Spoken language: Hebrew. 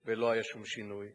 ולא היה שום שינוי.